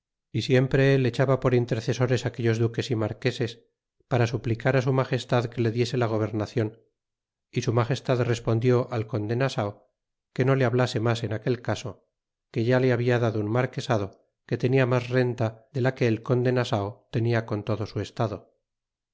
y siempre el echaba por intercesores aquellos duques y marqueses para suplicar á su magestad que le diese la gobernacion y su magestad respondió al conde nasao que no le hablase mas en aquel caso que ya le habia dado un marquesado que tenia mas renta de la que el conde nasao tenia con todo su estado